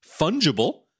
fungible